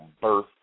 birth